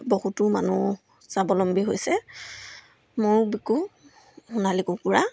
বহুতো মানুহ স্বাৱলম্বী হৈছে ময়ো বিকো সোণালী কুকুৰা